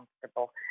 comfortable